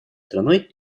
страной